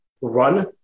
run